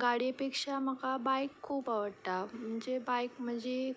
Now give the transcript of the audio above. गाडये पेक्षा म्हाका बायक खूब आवडटा म्हणजे बायक म्हजी